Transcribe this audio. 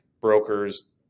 brokers